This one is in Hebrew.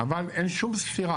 אבל אין שום סתירה.